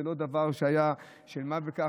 זה לא דבר של מה בכך,